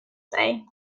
say